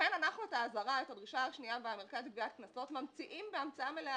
לכן את האזהרה --- והמרכז לגביית קנסות אנחנו ממציאים בהמצאה מלאה.